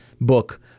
book